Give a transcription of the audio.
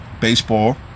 baseball